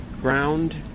ground